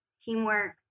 teamwork